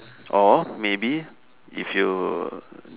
or maybe if you